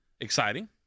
exciting